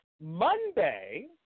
Monday